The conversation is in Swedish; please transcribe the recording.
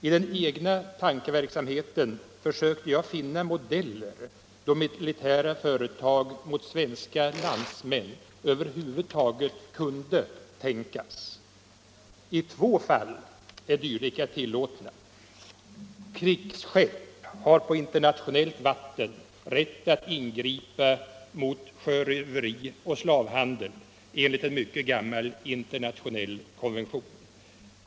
I den egna tankeverksamheten försökte jag finna modeller då militära företag mot svenska landsmän över huvud taget kunde tänkas. I två fall är dylika tillåtna: krigsskepp har på internationellt vatten rätt att ingripa mot sjöröveri och mot slavhandel, enligt en mycket gammal internationell konvention.